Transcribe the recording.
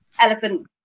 elephant